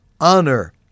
honor